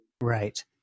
Right